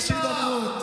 שר הפיתה הכושל.